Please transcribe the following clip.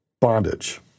bondage